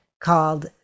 called